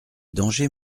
danger